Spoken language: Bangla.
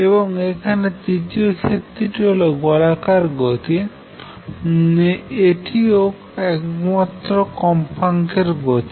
এবং এখানে তৃতীয় ক্ষেত্রটি হল গোলাকার গতি এটিও একমাত্র কম্পাঙ্কের গতি